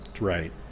Right